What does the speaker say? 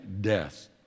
death